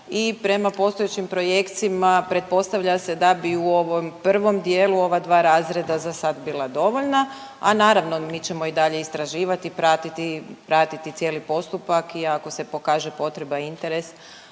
prema postojećim projekcijama pretpostavlja se da bi u ovom prvom dijelu ova dva razreda za sad bila dovoljna, a naravno mi ćemo i dalje istraživati i pratiti, pratiti cijeli postupak i ako se pokaže potreba i interes